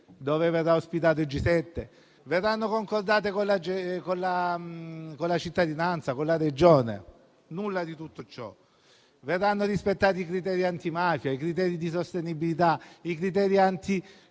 dove verrà ospitato il G7? Verranno concordate con la cittadinanza, con la Regione? Nulla di tutto ciò. Verranno rispettati i criteri antimafia, i criteri di sostenibilità, i criteri